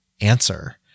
answer